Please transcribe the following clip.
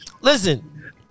listen